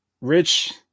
rich